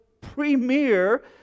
premier